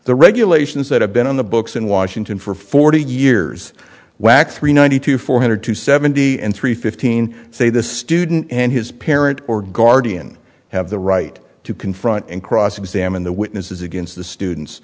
the regulations that have been on the books in washington for forty years whacks three ninety two four hundred two seventy and three fifteen say the student and his parent or guardian have the right to confront and cross examine the witnesses against the students